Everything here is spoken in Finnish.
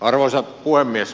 arvoisa puhemies